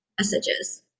messages